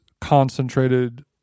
concentrated